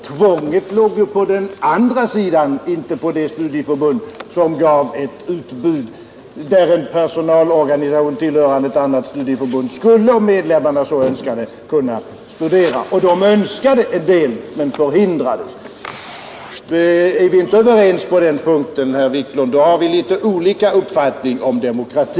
Tvånget låg ju på den andra sidan, inte hos det studieförbund som gav det utbud där en personalorganisation, tillhörande ett annat studieförbund, skulle, om medlemmarna så önskade, kunna studera. Och de önskade ju göra det men förhindrades. Är vi inte överens på den punkten, herr Wiklund i Härnösand, så har vi litet olika uppfattning om demokrati.